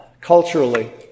Culturally